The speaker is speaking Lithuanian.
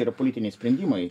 yra politiniai sprendimai